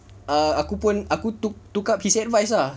aku pun aku took up his advise ah